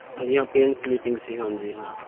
ਹਾਂਜੀ ਹਾਂ parents meeting ਸੀ ਹਾਂਜੀ ਹਾਂ